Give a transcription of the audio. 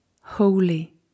holy